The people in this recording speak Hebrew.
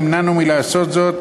נמנענו מלעשות זאת,